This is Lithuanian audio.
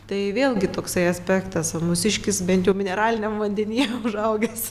tai vėlgi toksai aspektas o mūsiškis bent jau mineraliniam vandenyje užaugęs